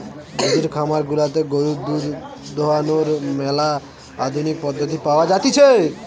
দুধের খামার গুলাতে গরুর দুধ দোহানোর ম্যালা আধুনিক পদ্ধতি পাওয়া জাতিছে